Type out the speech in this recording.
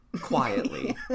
quietly